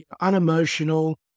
unemotional